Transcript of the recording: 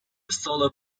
solar